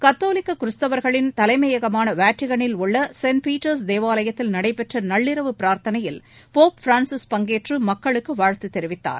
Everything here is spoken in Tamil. கத்தோலிக்க கிறிஸ்தவர்களின் தலைமையகமான வாட்டிகளில் உள்ள செயின்ட் பீட்டர்ஸ் தேவாலயத்தில் நடைபெற்ற நள்ளிரவு பிரார்த்தனையில் போப் பிரான்சிஸ் பங்கேற்று மக்களுக்கு வாழ்த்து தெரிவித்தார்